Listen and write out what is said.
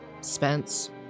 Spence